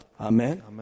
Amen